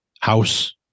house